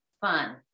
fun